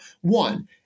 One